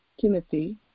Timothy